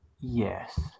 Yes